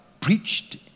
preached